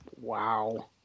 Wow